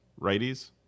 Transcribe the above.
righties